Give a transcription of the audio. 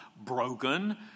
broken